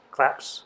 Claps